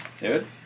David